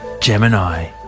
Gemini